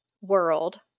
world